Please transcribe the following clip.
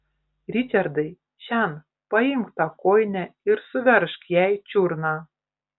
ričardai šen paimk tą kojinę ir suveržk jai čiurną